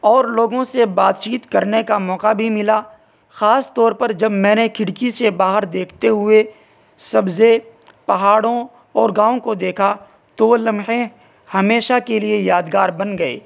اور لوگوں سے بات چیت کرنے کا موقع بھی ملا خاص طور پر جب میں نے کھڑکی سے باہر دیکھتے ہوئے سبزے پہاڑوں اور گاؤں کو دیکھا تو وہ لمحے ہمیشہ کے لیے یادگار بن گئے